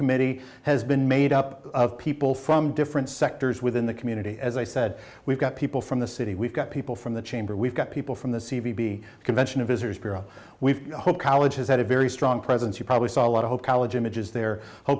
committee has been made up of people from different sectors within the community as i said we've got people from the city we've got people from the chamber we've got people from the c b convention of visitors bureau we've heard college has had a very strong presence you probably saw a lot of hope college images the